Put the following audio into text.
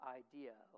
idea